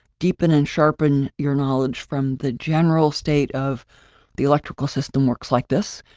deepen and sharpen your knowledge from the general state of the electrical system works like this,